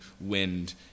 wind